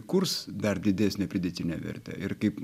kurs dar didesnę pridėtinę vertę ir kaip